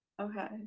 Okay